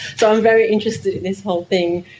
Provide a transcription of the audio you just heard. so i'm very interested in this whole thing,